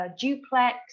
duplex